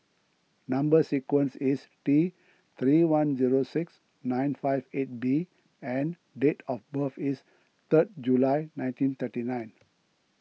Number Sequence is T three one zero six nine five eight B and date of birth is third July nineteen thirty nine